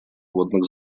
водных